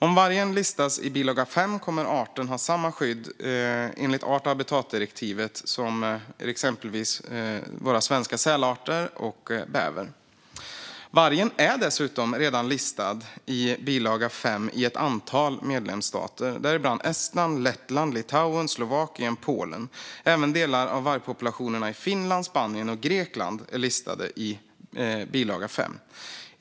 Om vargen listas i bilaga 5 kommer vargen att ha samma skydd enligt art och habitatdirektivet som exempelvis våra svenska sälarter och bävern. Vargen är dessutom redan listad i bilaga 5 i ett antal medlemsstater, däribland Estland, Lettland, Litauen, Slovakien och Polen. Även delar av vargpopulationerna i Finland, Spanien och Grekland är listade i bilaga 5.